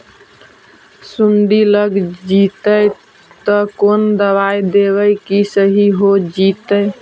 सुंडी लग जितै त कोन दबाइ देबै कि सही हो जितै?